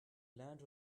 land